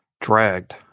dragged